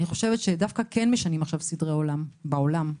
אני חושבת שדווקא כן משנים עכשיו סדרי עולם בעולם,